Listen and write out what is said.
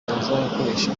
bazakoresha